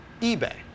ebay